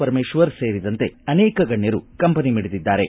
ಪರಮೇಶ್ವರ ಸೇರಿದಂತೆ ಅನೇಕ ಗಣ್ಯರು ಕಂಬನಿ ಮಿಡಿದಿದ್ದಾರೆ